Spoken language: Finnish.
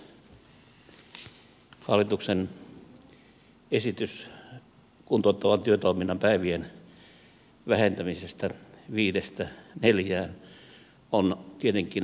hallituksen esitys kuntouttavan työtoiminnan päivien vähentämisestä viidestä neljään on tietenkin aivan selvä heikennys